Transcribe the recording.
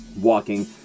walking